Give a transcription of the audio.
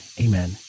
Amen